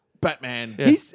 Batman